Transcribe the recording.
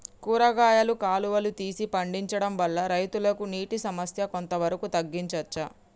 కూరగాయలు కాలువలు తీసి పండించడం వల్ల రైతులకు నీటి సమస్య కొంత వరకు తగ్గించచ్చా?